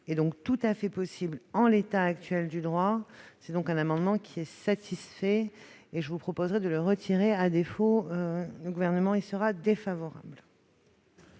est donc tout à fait possible en l'état actuel du droit. Cet amendement étant satisfait, je vous propose de le retirer ; à défaut, le Gouvernement y sera défavorable.